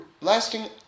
lasting